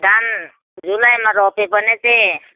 धान जुलाईमा रोप्यो भने चाहिँ